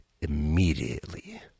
immediately